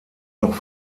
noch